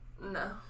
No